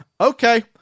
Okay